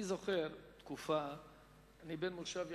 אני בן המושב יערה,